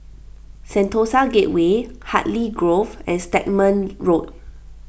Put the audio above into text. Sentosa Gateway Hartley Grove and Stagmont Road